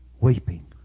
weeping